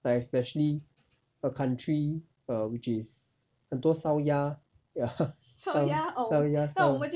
like especially a country err which is 很多烧鸭 ya 烧烧鸭烧